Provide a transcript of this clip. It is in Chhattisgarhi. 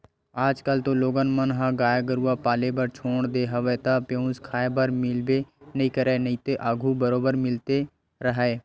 आजकल तो लोगन मन ह गाय गरुवा पाले बर छोड़ देय हवे त पेयूस खाए बर मिलबे नइ करय नइते आघू बरोबर मिलते राहय